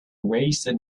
wasted